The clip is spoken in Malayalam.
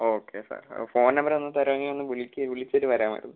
ഓക്കെ സാർ ഫോൻ നമ്പരൊന്ന് തരാങ്കിൽ ഒന്ന് വിളിക്ക് വിളിച്ചിട്ട് വരാമായിരുന്നു